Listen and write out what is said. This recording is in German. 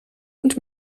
und